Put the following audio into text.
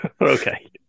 okay